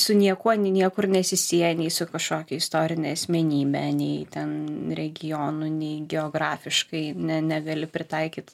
su niekuo niekur nesisieja nei su kažkokia istorine asmenybe nei ten regionu nei geografiškai ne negali pritaikyt